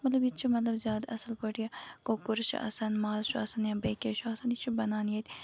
مطلب یہِ تہِ چھُ مطلب زیادٕ اَصٕل پٲٹھۍ یہِ کۄکُر چھُ اَسان ماز چھُ آسان یا بیٚیہِ کیاہ چھُ اَسان یہِ چھُ بَنان ییٚتہِ